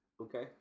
Okay